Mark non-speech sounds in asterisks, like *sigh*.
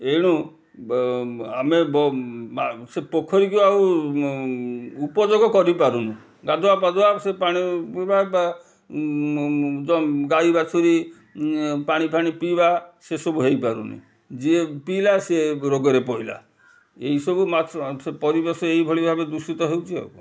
ଏଣୁ ବ ଆମେ ବ ବା ସେ ପୋଖରୀକୁ ଆଉ ଉପଯୋଗ କରିପାରୁନୁ ଗାଧୁଆପାଧୁଆ ସେ ପାଣି ପିଇବା ବା ଗାଈ ବାଛୁରୀ ପାଣି ଫାଣି ପିଇବା ସେ ସବୁ ହୋଇପାରୁନି ଯିଏ ପିଇଲା ସିଏ ରୋଗରେ ପଡ଼ିଲା ଏଇସବୁ ମାଛ *unintelligible* ସେ ପରିବେଶ ଏଇଭଳି ଭାବେ ଦୂଷିତ ହେଉଛି ଆଉ କ'ଣ